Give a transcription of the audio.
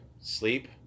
Sleep